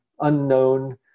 unknown